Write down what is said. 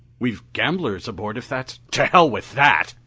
we've gamblers aboard, if that's to hell with that,